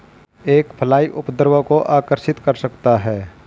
एक फ्लाई उपद्रव को आकर्षित कर सकता है?